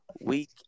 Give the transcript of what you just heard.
week